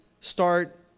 start